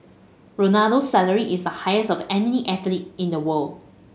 Ronaldo's salary is the highest of any athlete in the world